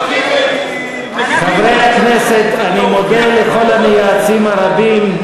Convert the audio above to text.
חברי הכנסת, אני מודה לכל המייעצים הרבים.